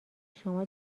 شما